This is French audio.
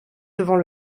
devant